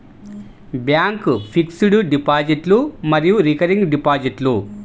bank fixed డిపాజిట్లు మరియు recurring డిపాజిట్లు